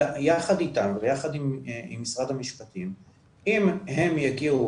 יחד איתם ויחד עם משרד המשפטים אם הם יגיעו,